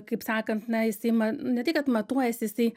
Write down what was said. kaip sakant na jisai ma nu ne tai kad matuojasi jisai